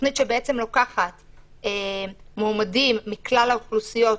התוכנית לוקחת מועמדים מכלל האוכלוסיות,